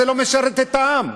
זה לא משרת את העם,